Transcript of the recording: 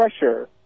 pressure